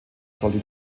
sollte